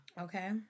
Okay